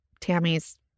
Tammy's